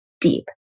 deep